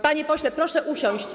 Panie pośle, proszę usiąść.